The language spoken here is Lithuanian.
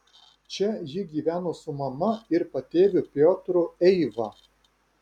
čia ji gyveno su mama ir patėviu piotru eiva